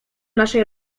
naszej